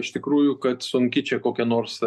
iš tikrųjų kad sunki čia kokia nors